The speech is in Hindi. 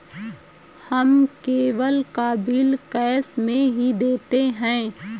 हम केबल का बिल कैश में ही देते हैं